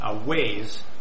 ways